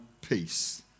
peace